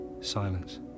Silence